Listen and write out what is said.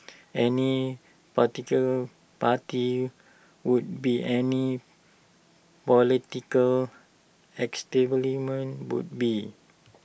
any particular party would be any political would be